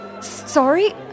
Sorry